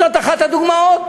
זאת אחת הדוגמאות: